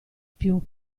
più